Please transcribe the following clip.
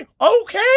Okay